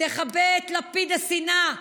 תכבה את לפיד השנאה,